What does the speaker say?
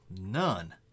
none